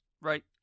right